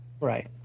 Right